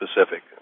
specific